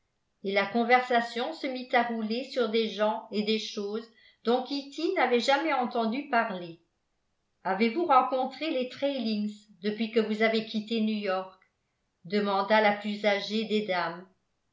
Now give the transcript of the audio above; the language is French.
et la conversation se mit à rouler sur des gens et des choses dont kitty n'avait jamais entendu parler avez vous rencontré les trailings depuis que vous avez quitté new-york demanda la plus âgée des dames